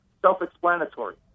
self-explanatory